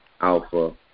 Alpha